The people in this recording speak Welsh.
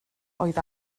oedd